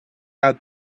out